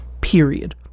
period